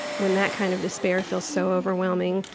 when that kind of despair feels so overwhelming,